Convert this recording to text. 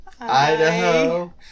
Idaho